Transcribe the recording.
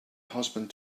husband